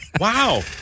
Wow